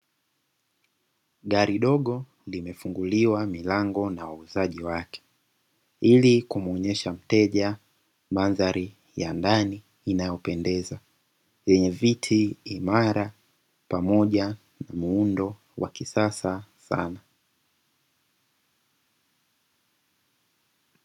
Gari dogo limefunguliwa milango na wauzaji wake, ili kumuonesha mteja mandhari ya ndani inayopendeza. Yenye viti imara pamoja na muundo wa kisasa sana.